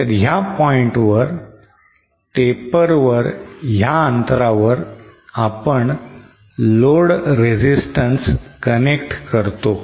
तर ह्या पॉइंटवर taper वर ह्या अंतरावर आपण load रेसिस्टन्स कनेक्ट करतो